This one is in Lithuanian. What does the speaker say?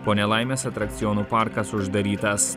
po nelaimės atrakcionų parkas uždarytas